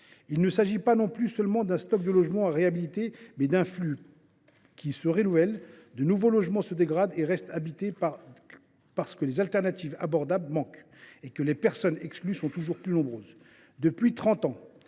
Il s’agit non seulement d’un stock de logements à réhabiliter, mais d’un flux qui se renouvelle : de nouveaux logements se dégradent tout en restant habités, parce que d’autres logements abordables manquent et que les personnes exclues sont toujours plus nombreuses. Pourtant,